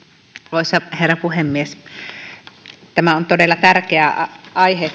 arvoisa herra puhemies omahoito on todella tärkeä aihe